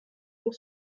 pour